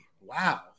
Wow